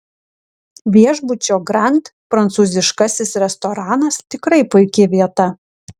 viešbučio grand prancūziškasis restoranas tikrai puiki vieta